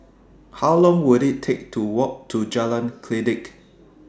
How Long Will IT Take to Walk to Jalan Kledek